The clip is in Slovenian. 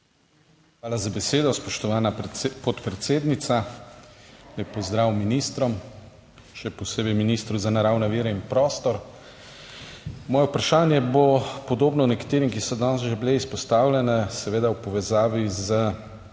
Hvala za besedo, spoštovana podpredsednica. Lep pozdrav ministrom, še posebej ministru za naravne vire in prostor! Moje vprašanje bo podobno nekaterim, ki so danes že bila izpostavljena, seveda v povezavi s